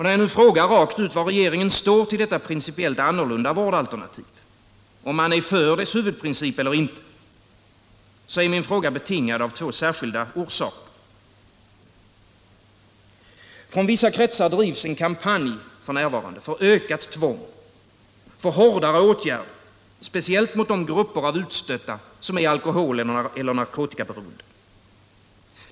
När jag nu frågar rakt ut var regeringen står i förhållande till detta principiellt annorlunda vårdalternativ — om man är för dess grundprincip eller inte — så är min fråga betingad av två särskilda orsaker. Från vissa kretsar drivs f. n. en kampanj för ökat tvång, för hårdare åtgärder, speciellt mot de grupper av utstötta som är alkoholeller narkotikaberoende.